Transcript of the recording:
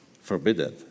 forbidden